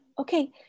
okay